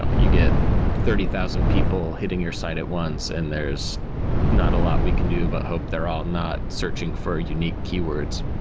ah you get thirty thousand people people hitting your site at once and there's not a lot we can do but hope they're all not searching for unique keywords.